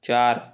चार